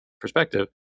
perspective